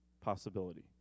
possibility